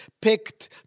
picked